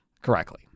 correctly